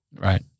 Right